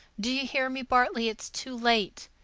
do you hear me, bartley? it's too late.